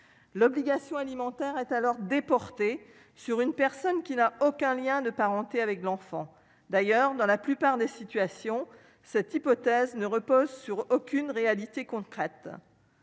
l'obligation alimentaire est alors déporté sur une personne qui n'a aucun lien de parenté avec l'enfant d'ailleurs dans la plupart des situations, cette hypothèse ne reposent sur aucune réalité concrète,